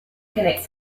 connects